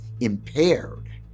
impaired